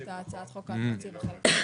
חוק התקציב לשנת הכספים 2023,